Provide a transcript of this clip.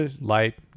light